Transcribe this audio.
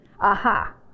aha